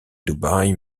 dubaï